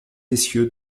essieux